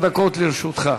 עשר דקות לרשותך.